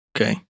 Okay